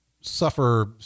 suffer